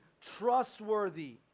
trustworthy